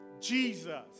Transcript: Jesus